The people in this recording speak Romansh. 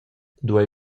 duei